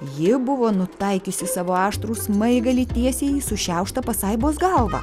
ji buvo nutaikiusi savo aštrų smaigalį tiesiai į sušiauštą pasaibos galvą